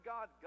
God